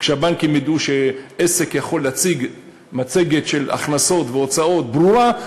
כשהבנקים ידעו שעסק יכול להציג מצגת של הכנסות והוצאות ברורה,